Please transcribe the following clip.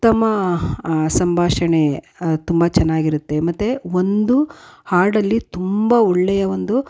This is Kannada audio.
ಉತ್ತಮ ಸಂಭಾಷಣೆ ತುಂಬ ಚೆನ್ನಾಗಿರುತ್ತೆ ಮತ್ತು ಒಂದು ಹಾಡಲ್ಲಿ ತುಂಬ ಒಳ್ಳೆಯ ಒಂದು